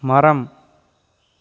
மரம்